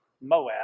Moab